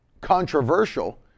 controversial